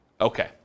Okay